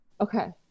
Okay